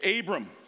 Abram